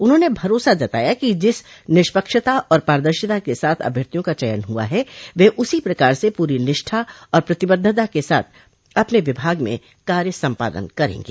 उन्होंने भरोसा जताया कि जिस निष्पक्षता और पारदर्शिता के साथ अभ्यर्थियों का चयन हुआ है वे उसी प्रकार से पूरी निष्ठा और प्रतिबद्धता के साथ अपने विभाग में कार्य सम्पादन करेंगे